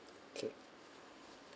okay